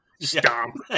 Stomp